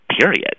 period